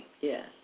Yes